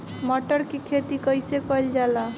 मटर के खेती कइसे कइल जाला?